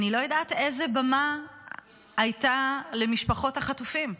אני לא יודעת איזו במה הייתה למשפחות חטופים,